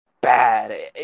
bad